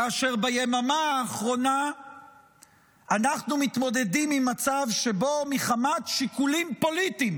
כאשר ביממה האחרונה אנחנו מתמודדים עם מצב שבו מחמת שיקולים פוליטיים